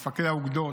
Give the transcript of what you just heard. את מפקדי האוגדות,